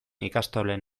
ikastolen